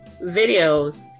videos